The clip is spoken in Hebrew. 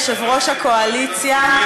כולל יושב-ראש הקואליציה,